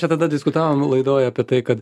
čia tada diskutavom laidoj apie tai kad